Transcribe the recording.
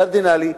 קרדינלי,